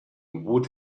would